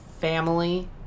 family